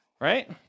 Right